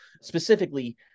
Specifically